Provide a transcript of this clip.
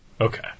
okay